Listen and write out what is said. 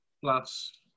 plus